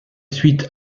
suite